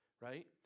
right